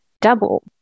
double